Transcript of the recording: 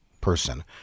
person